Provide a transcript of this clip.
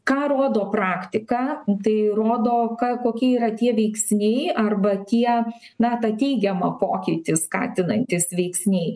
ką rodo praktika tai rodo ką kokie yra tie veiksniai arba tie na tą teigiamą pokytį skatinantys veiksniai